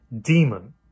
demon